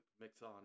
Mixon